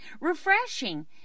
refreshing